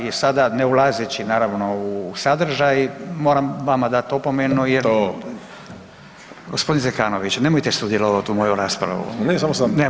I sada ne ulazeći naravno u sadržaj moram vama dati opomenu jer …… [[Upadica se ne razumije.]] Gospodine Zekanović nemojte sudjelovati u mojoj raspravi